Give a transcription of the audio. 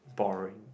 boring